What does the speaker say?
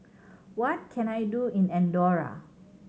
what can I do in Andorra